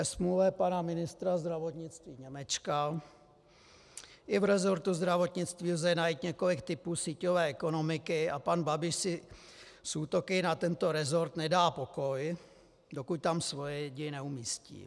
Ke smůle pana ministra zdravotnictví Němečka i v resortu zdravotnictví lze najít několik typů síťové ekonomiky a pan Babiš si s útoky na tento resort nedá pokoj, dokud tam svoje lidi neumístí.